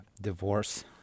Divorce